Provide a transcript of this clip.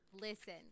listen